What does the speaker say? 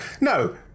no